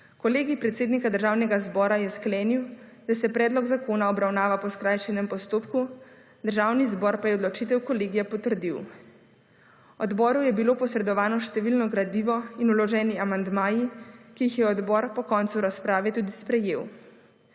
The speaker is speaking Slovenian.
Kolegij predsednika Državnega zbora je sklenil, da se predlog zakona obravnava po skrajšanem postopku, Državni zbor pa je odločitev Kolegij potrdil. 32. TRAK: (DAG) – 12.35 (nadaljevanje) Odboru je bilo posredovano številno gradivo in vloženi amandmaji, ki jih je odbor po koncu razprave tudi sprejel.